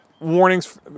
warnings